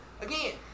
Again